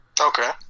Okay